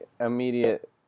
immediate